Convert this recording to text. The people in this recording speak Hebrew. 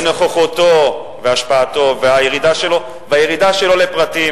בנוכחותו ובהשפעתו והירידה שלו לפרטים.